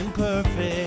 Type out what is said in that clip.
Perfect